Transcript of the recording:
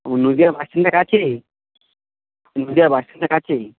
ও Nadia bus স্ট্যান্ডের কাছেই Nadia bus স্ট্যান্ডের কাছেই